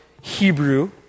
Hebrew